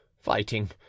fighting